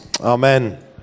Amen